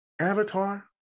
Avatar